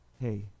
Hey